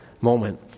moment